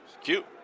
cute